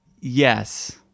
Yes